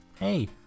hey